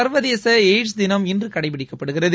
சர்வதேச எய்ஸ்ட் தினம் இன்று கடைபிடிக்கப்படுகிறது